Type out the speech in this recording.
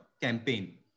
campaign